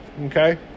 Okay